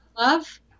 Love